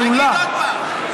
עלולה,